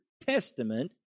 testament